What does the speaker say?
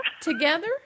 Together